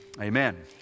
Amen